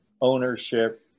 ownership